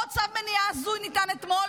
עוד צו מניעה הזוי ניתן אתמול,